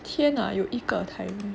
天啊有一个 timing